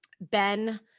Ben